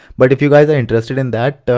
but if you guys are interested in that,